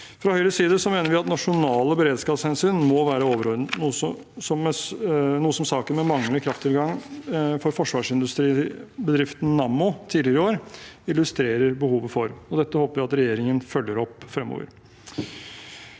Fra Høyres side mener vi at nasjonale beredskapshensyn må være overordnet, noe som saken med manglende krafttilgang for forsvarsindustribedriften Nammo tidligere i år illustrerer behovet for. Dette håper jeg at regjeringen følger opp fremover.